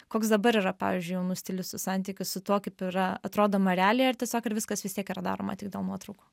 koks dabar yra pavyzdžiui jaunų stilistų santykis su tuo kaip yra atrodoma realiai ar tiesiog ir viskas vis tiek yra daroma tik dėl nuotraukų